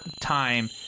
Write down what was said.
time